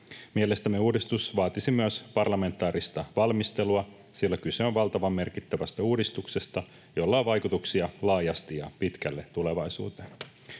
Mielestämme uudistus vaatisi myös parlamentaarista valmistelua, sillä kyse on valtavan merkittävästä uudistuksesta, jolla on vaikutuksia laajasti ja pitkälle tulevaisuuteen.